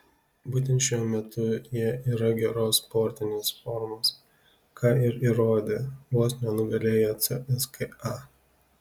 būtent šiuo metu jie yra geros sportinės formos ką ir įrodė vos nenugalėję cska